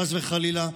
חס וחלילה,